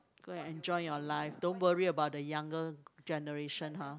go and enjoy your life don't worry about the younger generation !huh!